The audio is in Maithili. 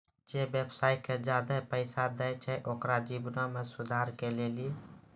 जे व्यवसाय के ज्यादा पैसा दै छै ओकरो जीवनो मे सुधारो के लेली